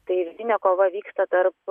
tai vidinė kova vyksta tarp